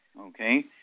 Okay